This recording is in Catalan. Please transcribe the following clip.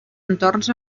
entorns